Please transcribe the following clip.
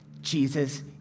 Jesus